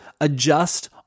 adjust